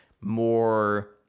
more